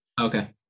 Okay